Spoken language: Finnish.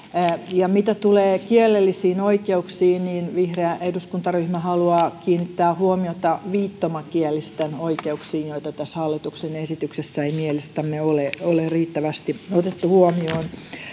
mitä tulee kielellisiin oikeuksiin niin vihreä eduskuntaryhmä haluaa kiinnittää huomiota viittomakielisten oikeuksiin joita tässä hallituksen esityksessä ei mielestämme ole ole riittävästi otettu huomioon